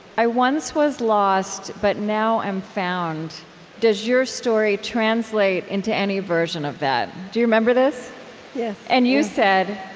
i once was lost, but now am found does your story translate into any version of that? do you remember this? yes and you said,